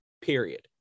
period